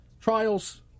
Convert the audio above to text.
trials